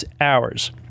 hours